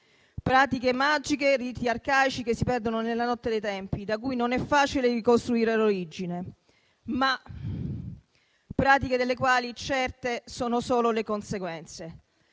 pratiche magiche e riti arcaici che si perdono nella notte dei tempi, di cui non è facile ricostruire l'origine, ma delle quali certe sono solo le conseguenze: